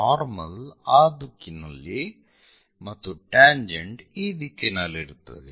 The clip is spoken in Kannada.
ನಾರ್ಮಲ್ ಆ ದಿಕ್ಕಿನಲ್ಲಿ ಮತ್ತು ಟ್ಯಾಂಜೆಂಟ್ ಈ ದಿಕ್ಕಿನಲ್ಲಿರುತ್ತದೆ